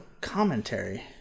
commentary